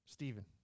Steven